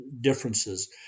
differences